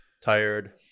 tired